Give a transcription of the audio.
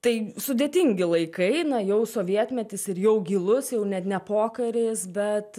tai sudėtingi laikai na jau sovietmetis ir jau gilus jau net ne pokaris bet